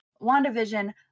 WandaVision